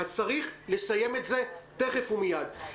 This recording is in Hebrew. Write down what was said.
אז צריך לסיים את זה תיכף ומיד.